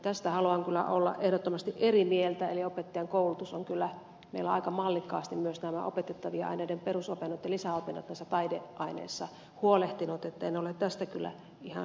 tästä haluan kyllä olla ehdottomasti eri mieltä eli opettajankoulutus on kyllä meillä aika mallikkaasti myös opetettavien aineiden perusopinnoissa ja lisäopinnoissa näistä taideaineista huolehtinut eli en ole tästä kyllä ihan samaa mieltä